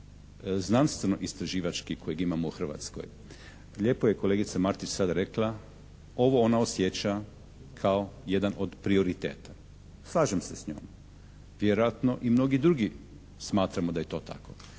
znanstveno-istraživački kojeg imamo u Hrvatskoj. Lijepo je kolegica Martić sad rekla ovo ona osjeća kao jedan od prioriteta. Slažem se s njom. Vjerojatno i mnogi drugi smatramo da je to tako.